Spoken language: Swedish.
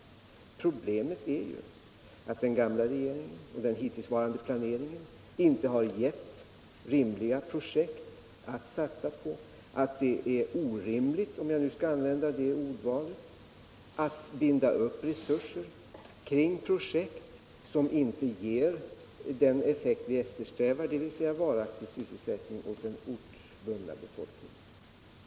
Problemet är ju att den gamla regeringen och den hittillsvarande planeringen inte har gett rimliga projekt att satsa på. Det är ju orimligt — om jag nu skall använda det ordet —-att binda upp resurser kring projekt som inte ger den effekt vi eftersträvar, dvs. varaktig sysselsättning åt den ortsbundna befolkningen.